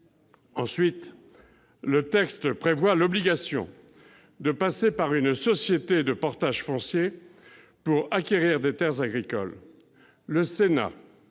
part, le texte prévoit l'obligation de passer par une société de portage foncier pour acquérir des terres agricoles. Le Sénat